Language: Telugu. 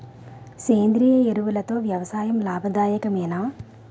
సేంద్రీయ ఎరువులతో వ్యవసాయం లాభదాయకమేనా?